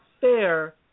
fair